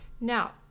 Now